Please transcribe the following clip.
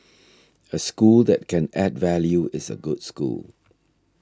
a school that can add value is a good school